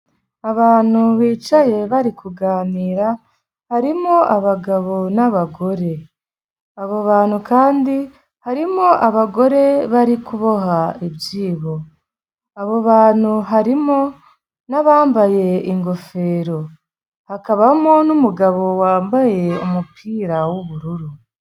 Abantu bicaye bari kuganira, harimo abagabo n'abagore. Abo bantu kandi, harimo abagore bari kuboha ibyibo. Abo bantu harimo n'abambaye ingofero. Hakabamo n'umugabo wambaye umupira, w'ubururu.